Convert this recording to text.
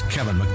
Kevin